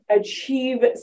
achieve